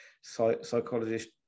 psychologist